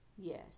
Yes